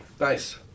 Nice